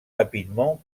rapidement